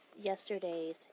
yesterday's